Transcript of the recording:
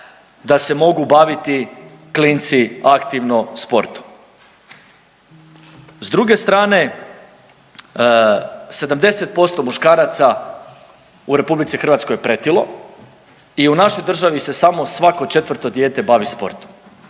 da se mogu baviti klinci aktivno sportom. S druge strane 70% muškaraca u Republici Hrvatskoj je pretilo i u našoj državi se samo svako 4. dijete bavi sportom.